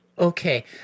Okay